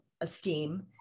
esteem